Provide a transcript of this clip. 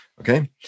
Okay